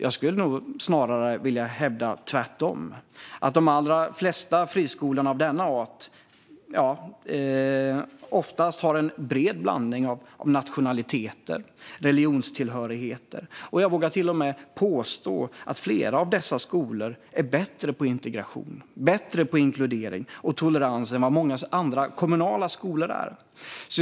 Jag skulle nog snarare vilja hävda tvärtom. De allra flesta friskolor av denna art har oftast en bred blandning av nationaliteter och religionstillhörigheter. Jag vågar till och med påstå att flera av dessa skolor är bättre på integration och bättre på inkludering och tolerans än vad många kommunala skolor är.